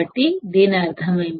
కాబట్టి దీని అర్థం ఏమిటి